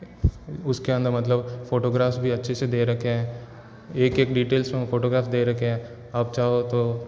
उसके अंदर मतलब फ़ोटोग्राफ़्स भी अच्छे से दे रखे हैं एक एक डीटेल्स में वो फ़ोटोग्राफ़्स दे रखे हैं आप चाहो तो